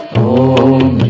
om